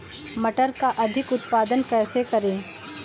मटर का अधिक उत्पादन कैसे करें?